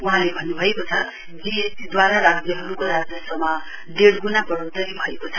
वहाँले भन्नुभएको छ जीएसटीद्वारा राज्यहरूको राजस्वमा डेढ़ गुना बढ़ोत्तरी भएको छ